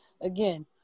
Again